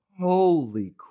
Holy